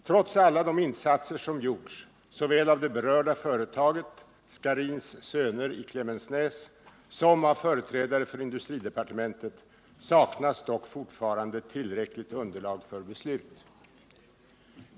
Trots alla de insatser som gjorts såväl av det berörda företaget, AB Scharins Söner i Klemensnäs, som av företrädare för industridepartementet, saknas dock fortfarande tillräckligt underlag för beslut.